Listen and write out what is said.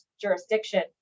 jurisdiction